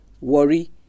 Worry